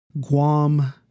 Guam